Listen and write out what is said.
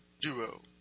Duo